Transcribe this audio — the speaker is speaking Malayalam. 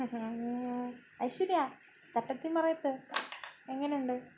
ഐശ്വര്യാ തട്ടത്തിൻ മറയത്ത് എങ്ങനെയുണ്ട്